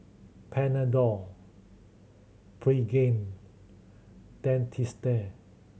Panadol Pregain Dentiste